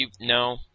No